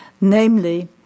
namely